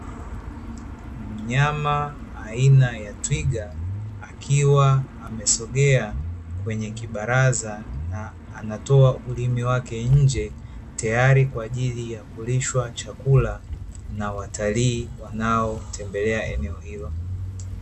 Mnyama aina ya twiga akiwa amesogea kwenye kibaraza na anatoa ulimi wake nje, tayari kwa ajili ya kulishwa chakula na watalii wanaotembelea eneo hilo.